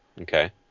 Okay